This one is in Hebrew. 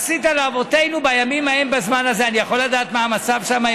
חנוכה, אנחנו לא יכולים להתעלם מהעובדה הזאת.